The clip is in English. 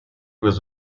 was